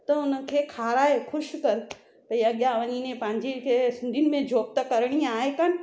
त उनखे खाराए ख़ुशि कनि भई अॻियां वञी ने पंहिंजी कंहिं सिंधियुनि में जॉब त करणी आहे कोनि